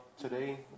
today